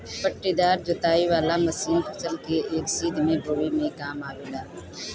पट्टीदार जोताई वाला मशीन फसल के एक सीध में बोवे में काम आवेला